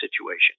situation